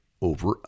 over